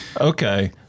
Okay